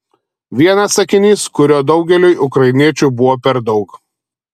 vienas sakinys kurio daugeliui ukrainiečių buvo per daug